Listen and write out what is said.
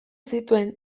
zituen